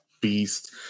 beast